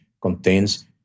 contains